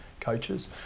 coaches